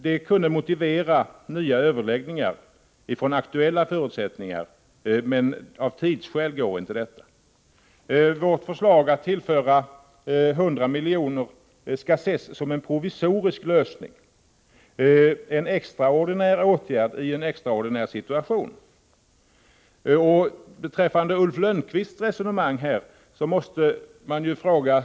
Det kunde motivera nya överläggningar på grundval av aktuella förutsättningar, men av tidsskäl är detta omöjligt. Vårt förslag om att tillskjuta 100 milj.kr. skall ses som en provisorisk lösning, som en extraordinär åtgärd i en extraordinär situation. I det sammanhanget vill jag anknyta till det resonemang som Ulf Lönnqvist förde.